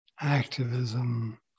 activism